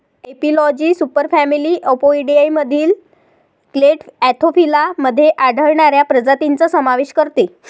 एपिलॉजी सुपरफॅमिली अपोइडियामधील clade Anthophila मध्ये आढळणाऱ्या प्रजातींचा समावेश करते